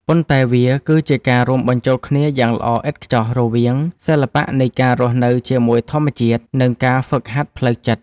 ប៉ុន្តែវាគឺជាការរួមបញ្ចូលគ្នាយ៉ាងល្អឥតខ្ចោះរវាង សិល្បៈនៃការរស់នៅជាមួយធម្មជាតិ និង ការហ្វឹកហាត់ផ្លូវចិត្ត។